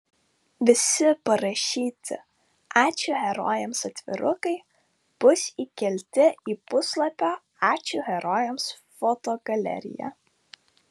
visi parašyti ačiū herojams atvirukai bus įkelti į puslapio ačiū herojams fotogaleriją